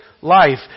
life